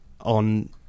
on